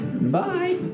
bye